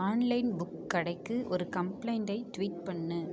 online book கடைக்கு ஒரு கம்ப்ளைண்ட்டை ட்வீட் பண்ணு